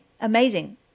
Amazing